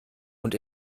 und